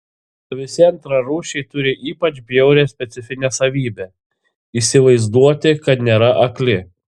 visi antrarūšiai turi ypač bjaurią specifinę savybę įsivaizduoti kad nėra akli